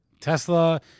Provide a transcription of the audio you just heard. Tesla